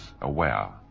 aware